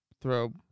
throw